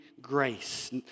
grace